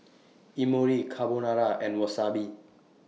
Imoni Carbonara and Wasabi